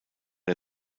der